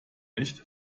nicht